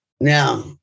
Now